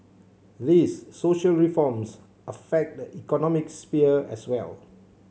these social reforms affect the economic sphere as well